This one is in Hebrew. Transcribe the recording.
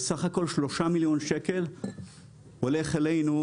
וסך הכול 3 מיליון שקלים הולכים אלינו,